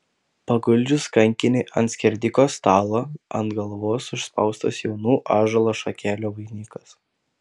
paguldžius kankinį ant skerdiko stalo ant galvos užspaustas jaunų ąžuolo šakelių vainikas